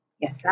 Yes